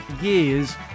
years